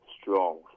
strong